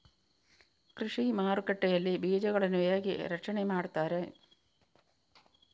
ಕೃಷಿ ಮಾರುಕಟ್ಟೆ ಯಲ್ಲಿ ಬೀಜಗಳನ್ನು ಹೇಗೆ ರಕ್ಷಣೆ ಮಾಡ್ತಾರೆ?